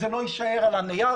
זה לא יישאר על הנייר.